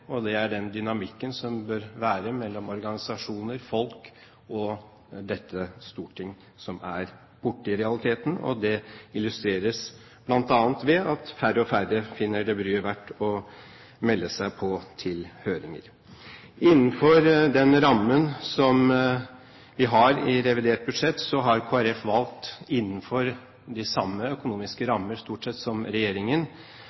og det er den dynamikken som bør være mellom organisasjoner, folk og dette storting, som i realiteten er borte. Det illustreres bl.a. ved at færre og færre finner det bryet verdt å melde seg på til høringer. Innenfor den rammen som vi har i revidert budsjett, har Kristelig Folkeparti valgt – innenfor de samme økonomiske